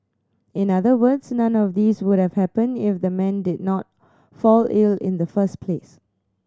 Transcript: in other words none of these would have happened if the man did not fall ill in the first place